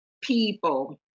people